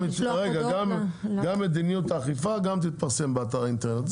גם תתפרסם באתר האינטרנט,